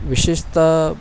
विशेषत